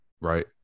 right